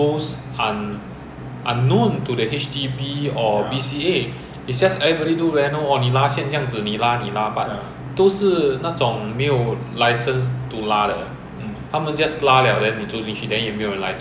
ya then 你要可能这样子做你随便拉一条电就要五六千 liao ten times the price ya 对 lor but who can afford nobody mah 人家只可以 afford 那种几百块的 job 几百块的 job 就是那种 malaysian 来 lor